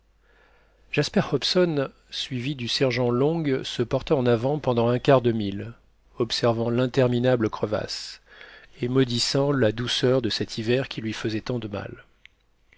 jasper hobson suivi du sergent long se porta en avant pendant un quart de mille observant l'interminable crevasse et maudissant la douceur de cet hiver qui lui faisait tant de mal